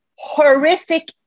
Horrific